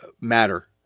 matter